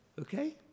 okay